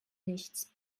nichts